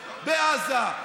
בעזה,